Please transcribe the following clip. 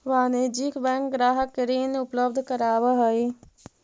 वाणिज्यिक बैंक ग्राहक के ऋण उपलब्ध करावऽ हइ